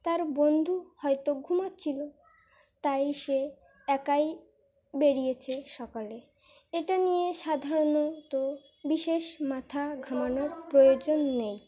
তার বন্ধু হয়তো ঘুমাচ্ছিলো তাই সে একাই বেরিয়েছে সকালে এটা নিয়ে সাধারণত বিশেষ মাথা ঘামানোর প্রয়োজন নেই